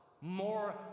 more